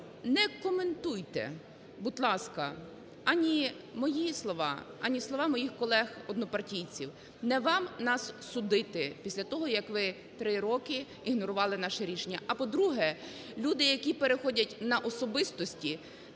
не коментуйте, будь ласка, ані мої слова, ані слова моїх колег-однопартійців, не вам нас судити після того, як ви три роки ігнорували наше рішення. А, по-друге, люди, які переходять на особистості,